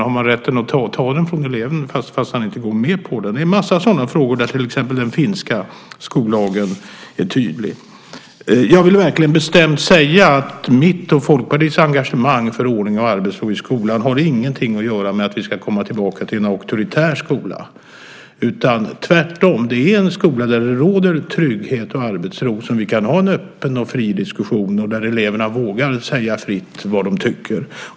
Har man rätt att ta telefonen från eleven trots att han inte går med på det? Det finns många sådana frågor där exempelvis den finska skollagen är tydlig. Jag vill verkligen bestämt säga att mitt och Folkpartiets engagemang för ordning och arbetsro i skolan inte har någonting att göra med att vi ska komma tillbaka till en auktoritär skola. Det är i en skola där det råder trygghet och arbetsro som vi kan ha en öppen och fri diskussion och där eleverna vågar säga fritt vad de tycker.